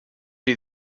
see